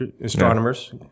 astronomers